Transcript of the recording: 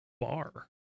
bar